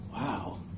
wow